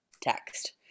text